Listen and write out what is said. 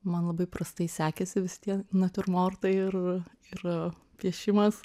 man labai prastai sekėsi vis tie natiurmortai ir ir piešimas